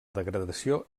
degradació